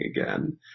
again